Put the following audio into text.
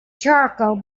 charcoal